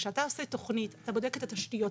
כשאתה עושה תוכנית, אתה בודק את התשתיות.